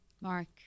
Mark